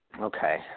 Okay